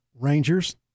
Rangers